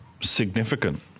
Significant